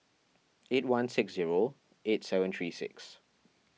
eight one six zero eight seven three six